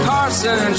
Carson